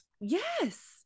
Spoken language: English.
Yes